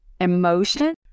emotion